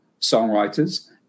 songwriters